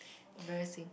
very thing